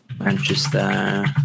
Manchester